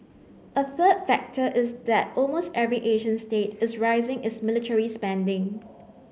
a third factor is that almost every Asian state is rising its military spending